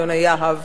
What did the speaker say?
יונה יהב.